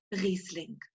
Riesling